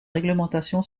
réglementation